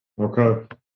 okay